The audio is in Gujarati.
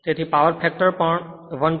તેથી પાવર ફેક્ટર આ 1